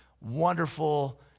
wonderful